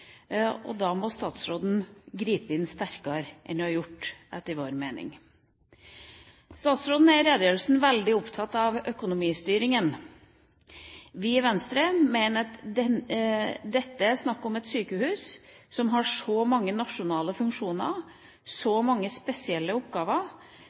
Da må statsråden gripe inn sterkere enn hun har gjort, etter vår mening. Statsråden er i redegjørelsen veldig opptatt av økonomistyringa. Vi i Venstre mener at dette er snakk om et sykehus som har så mange nasjonale funksjoner